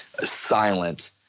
silent